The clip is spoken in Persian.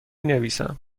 نویسم